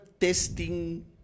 testing